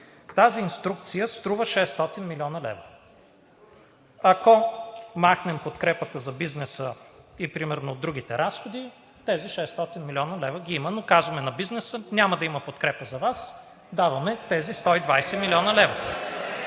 Тази инструкция струва 600 млн. лв. Ако махнем подкрепата за бизнеса и другите разходи, тези 600 млн. лв. ги има, но казваме на бизнеса – няма да има подкрепа за Вас, а Ви даваме тези 120 млн. лв.